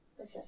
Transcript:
Okay